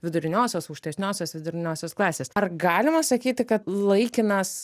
viduriniosios aukštesniosios viduriniosios klasės ar galima sakyti kad laikinas